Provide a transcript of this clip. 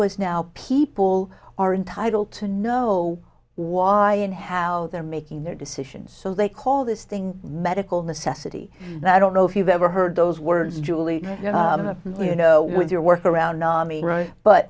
was now people are entitled to know why and how they're making their decisions so they call this thing medical necessity that i don't know if you've ever heard those words julie you know with your work around